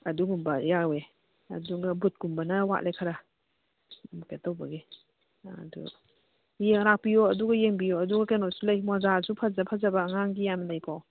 ꯑꯗꯨꯒꯨꯝꯕ ꯌꯥꯎꯋꯦ ꯑꯗꯨꯒ ꯕꯨꯠ ꯀꯨꯝꯕꯅ ꯋꯥꯠꯂꯦ ꯈꯔ ꯀꯩꯅꯣ ꯇꯧꯕꯒꯤ ꯑꯗꯨ ꯂꯥꯛꯄꯤꯌꯣ ꯑꯗꯨꯒ ꯌꯦꯡꯕꯤꯌꯣ ꯑꯗꯨꯒ ꯀꯩꯅꯣꯁꯨ ꯂꯩ ꯃꯣꯖꯥꯁꯨ ꯐꯖ ꯐꯖꯕ ꯑꯉꯥꯡꯒꯤ ꯌꯥꯝꯅ ꯂꯩꯀꯣ